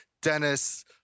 Dennis